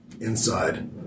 inside